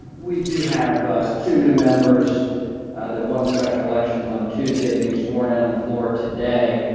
we do have two new members that won special elections on tuesday being sworn in on the floor today,